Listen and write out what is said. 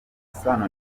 sano